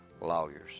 lawyers